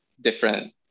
different